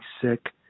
sick